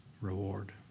reward